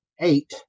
eight